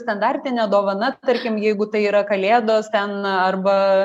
standartinė dovana tarkim jeigu tai yra kalėdos ten arba